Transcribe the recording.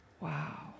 Wow